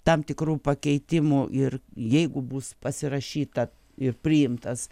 tam tikrų pakeitimų ir jeigu bus pasirašyta ir priimtas